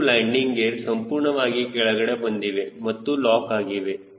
3 landing gear ಸಂಪೂರ್ಣವಾಗಿ ಕೆಳಗೆ ಬಂದಿವೆ ಮತ್ತು ಲಾಕ್ ಆಗಿವೆ